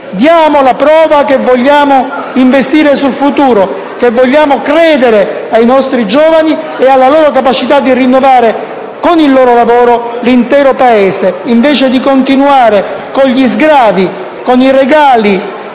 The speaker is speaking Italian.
Diamo la prova che vogliamo investire sul futuro, che vogliamo credere nei nostri giovani e nella loro capacità di rinnovare con il loro lavoro l'intero Paese invece di continuare con gli sgravi e con i regali